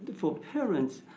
for parents,